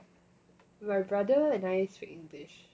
with my brother and I speak english